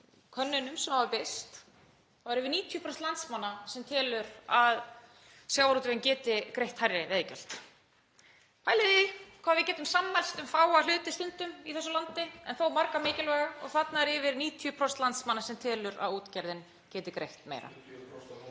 könnunum sem hafa birst þá eru yfir 90% landsmanna sem telja að sjávarútvegurinn geti greitt hærri veiðigjöld. Pælið í því hvað við getum sammælst um fáa hluti stundum í þessu landi en þó marga mikilvæga og þarna eru yfir 90% landsmanna sem telja að útgerðin geti greitt meira.